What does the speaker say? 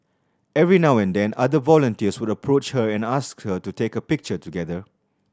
every now and then other volunteers would approach her and ask to take a picture together